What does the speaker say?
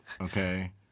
Okay